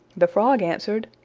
the frog answered,